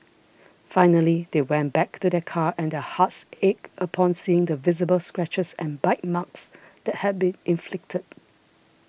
finally they went back to their car and their hearts ached upon seeing the visible scratches and bite marks that had been inflicted